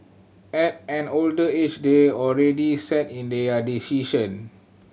at an older age they're already set in their decision